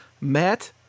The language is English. Matt